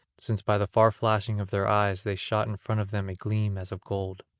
since by the far flashing of their eyes they shot in front of them a gleam as of gold.